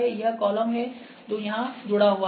यह कॉलम है जो यहां जुड़ा हुआ है